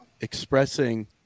expressing